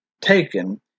taken